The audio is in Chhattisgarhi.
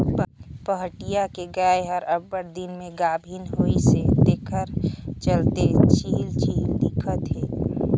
पहाटिया के गाय हर अब्बड़ दिन में गाभिन होइसे तेखर चलते छिहिल छिहिल दिखत हे